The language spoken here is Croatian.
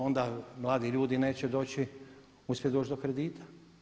Onda mladi ljudi neće doći, uspjet doći do kredita.